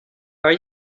are